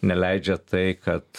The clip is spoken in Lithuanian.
neleidžia tai kad